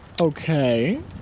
Okay